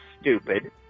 stupid